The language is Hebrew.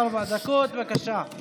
ארבע דקות, בבקשה.